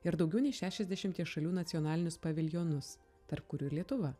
ir daugiau nei šešiasdešimties šalių nacionalinius paviljonus tarp kurių ir lietuva